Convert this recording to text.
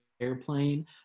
airplane